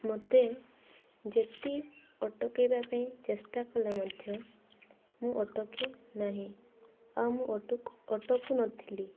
ମତେ ଯେତେ ଅଟକାଇବା ପାଇଁ ଚେଷ୍ଟା କଲେ ମଧ୍ୟ ମୁଁ ଅଟକେ ନାହିଁ ଆଉ ମୁଁ ଅଟକୁ ଅଟକୁ ନଥିଲି